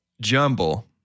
Jumble